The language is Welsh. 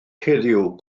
heddiw